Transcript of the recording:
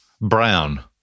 brown